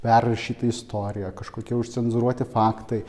perrašyti istoriją kažkokie užcenzūruoti faktai